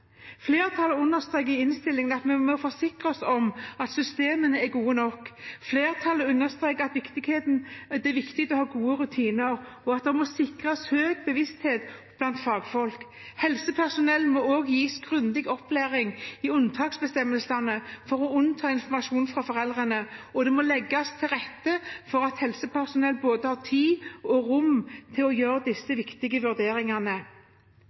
Flertallet understreker i innstillingen at vi må forsikre oss om at systemene er gode nok. Flertallet understreker at det er viktig å ha gode rutiner, og at det må sikres høy bevissthet blant fagfolk. Helsepersonell må også gis grundig opplæring i unntaksbestemmelsene for å unnta informasjon fra foreldrene, og det må legges til rette for at helsepersonell både har tid og rom til å gjøre disse viktige vurderingene.